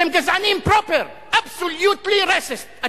אתם גזענים פרופר, absolutely racist .